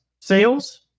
sales